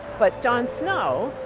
but john snow,